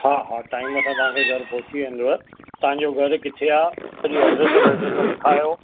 हा हा टाइम सां तव्हांखे घरु पहुची वेंदव तव्हांजो घरु किथे आहे थोरी एड्रेस वेड्रेस लिखायो